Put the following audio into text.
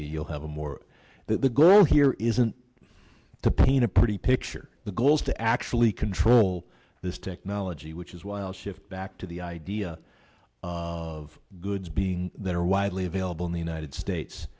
we'll have a more that the goal here isn't to paint a pretty picture the goal is to actually control this technology which is while shift back to the idea of goods being that are widely available in the united states